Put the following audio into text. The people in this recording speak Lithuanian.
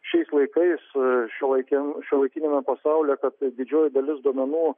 šiais laikai su šiuolaikiniu šiuolaikiniame pasaulyje kad didžioji dalis duomenų